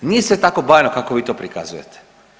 Nije sve tako bajno kako vi to prikazujete.